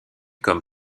comme